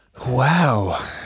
wow